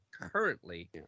currently